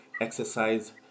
exercise